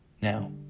Now